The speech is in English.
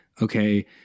okay